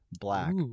black